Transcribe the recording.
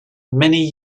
many